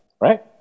right